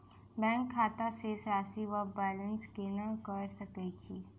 Bank खाता शेष राशि वा बैलेंस केना कऽ सकय छी?